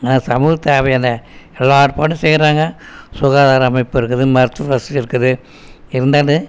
ஆனால் சமூகத் தேவையான எல்லா ஏற்பாடும் செய்கிறாங்க சுகாதார அமைப்பு இருக்குது மருத்துவ வசதி இருக்குது இருந்தாலும்